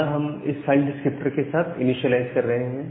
यह हम इस फाइल डिस्क्रिप्टर के साथ इनीशिएलाइज कर रहे हैं